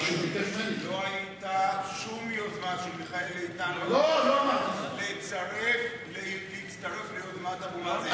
מעולם לא היתה שום יוזמה של מיכאל איתן להצטרף ליוזמת אבו מאזן.